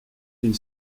d’une